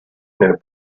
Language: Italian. nel